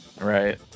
Right